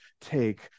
take